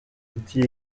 outils